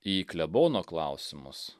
į klebono klausimus